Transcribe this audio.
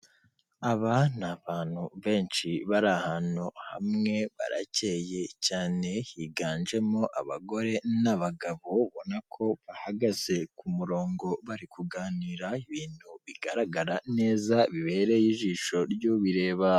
Aba ni abantu benshi bari ahantu hamwe, baracyeye cyane higanjemo abagore n'abagabo, ubona ko bahagaze ku murongo bari kuganira ibintu bigaragara neza bibereye ijisho ry' bireba.